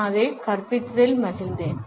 நான் அதை கற்பிப்பதில் மகிழ்ந்தேன்